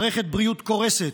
מערכת בריאות קורסת,